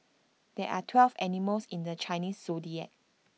there are twelve animals in the Chinese Zodiac